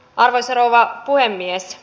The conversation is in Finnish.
arvoisa rouva puhemies